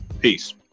Peace